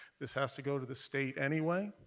this has to go to the state anyway,